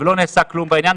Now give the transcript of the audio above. ולא נעשה כלום בעניין.